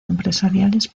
empresariales